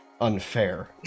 unfair